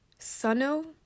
Suno